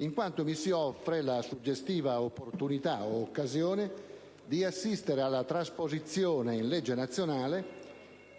in quanto mi si offre la suggestiva opportunità o occasione di assistere alla trasposizone in legge nazionale